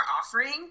offering